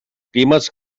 climes